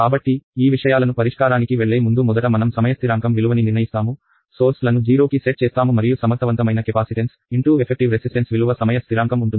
కాబట్టి ఈ విషయాలను పరిష్కారానికి వెళ్ళే ముందు మొదట మనం సమయస్థిరాంకం విలువని నిర్ణయిస్తాము సోర్స్ లను 0 కి సెట్ చేస్తాము మరియు సమర్థవంతమైన కెపాసిటెన్స్ ఎఫెక్టివ్ రెసిస్టెన్స్ విలువ సమయ స్థిరాంకం ఉంటుంది